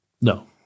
No